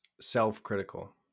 self-critical